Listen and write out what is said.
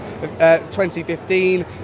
2015